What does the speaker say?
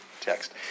text